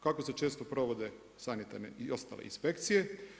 Kako se često provode sanitarne i ostale inspekcije?